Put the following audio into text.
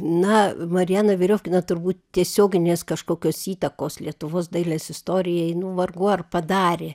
na mariana veriofkina turbūt tiesioginės kažkokios įtakos lietuvos dailės istorijai nu vargu ar padarė